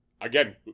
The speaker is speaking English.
Again